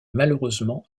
malheureusement